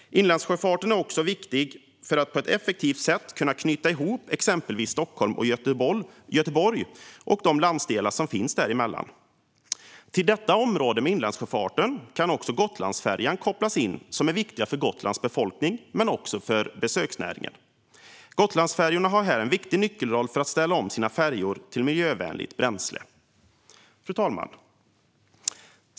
Inlandssjöfarten är också viktig för att på ett effektivt sätt knyta ihop exempelvis Stockholm och Göteborg och de landsdelar som finns däremellan. Till inlandssjöfarten kan även Gotlandsfärjan kopplas. Den är viktig för Gotlands befolkning men också för besöksnäringen. Gotlandsfärjan har även en nyckelroll när det gäller att ställa om till miljövänligt bränsle. Fru talman!